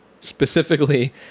Specifically